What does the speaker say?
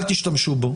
אל תשתמשו בו.